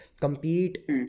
compete